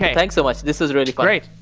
thanks so much. this is really fun. great.